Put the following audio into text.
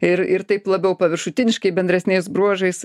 ir ir taip labiau paviršutiniškai bendresniais bruožais